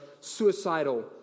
suicidal